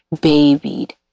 babied